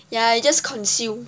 ya you just consume